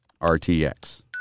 rtx